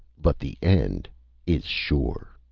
but the end is sure!